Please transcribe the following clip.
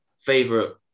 favorite